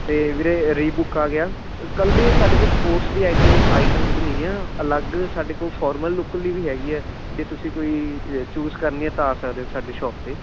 ਅਤੇ ਵੀਰੇ ਰਿਬੂਕ ਆ ਗਿਆ ਇਕੱਲੇ ਸਾਡੇ ਕੋਲ ਸਪੋਰਟਸ ਦੀ ਆਈਟਿਮ ਆਈਟਮਸ ਨਹੀਂ ਗੀਆਂ ਅਲੱਗ ਸਾਡੇ ਕੋਲ ਫੋਰਮਲ ਲੁੱਕ ਲਈ ਵੀ ਹੈਗੀ ਹੈ ਜੇ ਤੁਸੀਂ ਕੋਈ ਚੂਸ ਕਰਨੀ ਹੈ ਤਾਂ ਆ ਸਕਦੇ ਹੋ ਸਾਡੀ ਸ਼ੋਪ 'ਤੇ